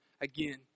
again